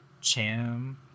Cham